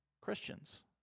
Christians